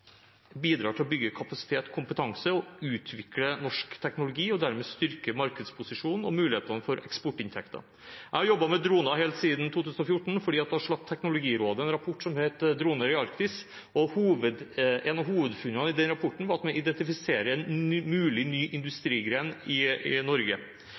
bidrar til å bygge kapasitet, kompetanse og utvikle norsk teknologi, og dermed styrke markedsposisjonen og mulighetene for eksportinntekter. Jeg har jobbet med droner helt siden 2014, for da slapp Teknologirådet en rapport som het Droner i Arktis, og et av hovedfunnene i den rapporten er at man identifiserer en mulig ny industrigren i Norge.